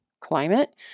climate